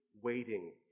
waiting